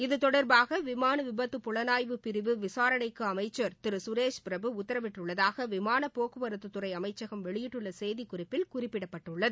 இது தொடர்பாக விமான விபத்து புலனாய்வு பிரிவு விசாரணைக்கு அமைச்ச் திரு சுரேஷ் பிரபு உத்தரவிட்டுள்ளதாக விமான போக்குவரத்து துறை அமைச்சகம் வெளியிட்டுள்ள செய்தி குறிப்பில் குறிப்பிடப்பட்டுள்ளது